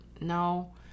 no